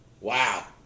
Wow